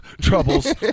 troubles